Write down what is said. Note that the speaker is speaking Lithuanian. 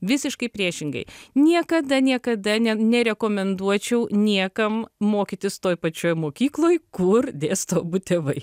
visiškai priešingai niekada niekada ne nerekomenduočiau niekam mokytis toj pačioj mokykloj kur dėsto abu tėvai